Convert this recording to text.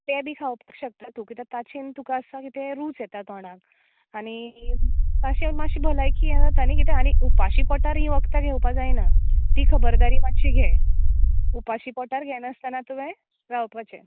तें बी खावंक शकता तूं कित्याक ताचें न्हू तुका सांग तें रुच येता तोंडाक आनी मात्शें भलायकी यें जाता न्ही कित्याक उपाशी पोटार घेवप ताणें घेवपा जायना ती खबरदारी मात्शी घे उपाशी पोटार घेनासतना तुवें रावपाचें